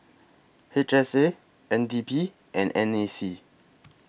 H S A N D P and N A C